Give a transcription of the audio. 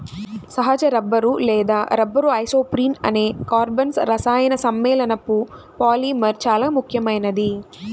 సహజ రబ్బరు లేదా rubber isoprene అనే కర్బన రసాయన సమ్మేళనపు పాలిమర్ చాలా ముఖ్యమైనది